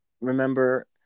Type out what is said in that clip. remember